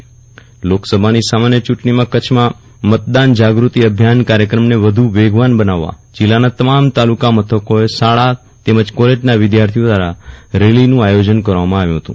વિરલ રાણા કચ્છ મતદાર જાગતિ અભિયાન રેલી લોકસભાની સામાન્ય ચૂંટણીમાં કચ્છ માં મતદાન જાગૃતિ અભિયાન કાર્યક્રમને વધુ વેગવાન બનાવવા જિલ્લાના તમામ તાલુકા મથકોએ શાળા તેમજ કોલેજના વિદ્યાર્થીઓ દ્વારા રેલીનું આયોજન કરવામાં આવ્યું હતું